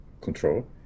control